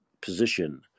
position